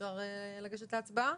אפשר לגשת להצבעה?